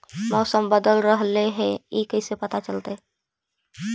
मौसम बदल रहले हे इ कैसे पता चलतै?